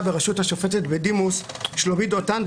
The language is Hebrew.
בראשות השופטת בדימוס שלומית דותן,